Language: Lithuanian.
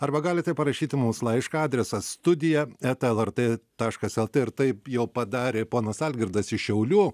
arba galite parašyti mums laišką adresas studija eta lrt taškas lt ir taip jau padarė ponas algirdas iš šiaulių